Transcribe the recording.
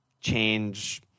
change